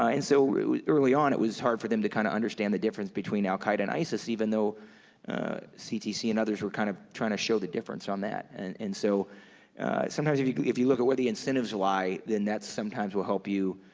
and so early on, it was hard for them to kind of understand the difference between al-qaeda and isis even though ctc and others were kind of trying to show the difference on that. and and so sometimes if you if you look at where the incentives lie, then that sometimes will help you